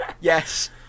Yes